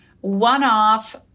one-off